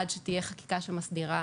עד שתהיה חקיקה שמסדירה,